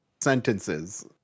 sentences